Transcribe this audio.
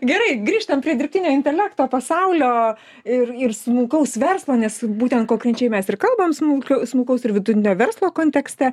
gerai grįžtam prie dirbtinio intelekto pasaulio ir ir smulkaus verslo nes būtent konkrečiai mes ir kalbam smulkiu smulkaus ir vidutinio verslo kontekste